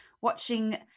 watching